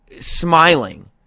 smiling